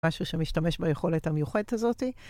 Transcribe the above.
משהו שמשתמש ביכולת המיוחדת הזאתי.